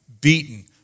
beaten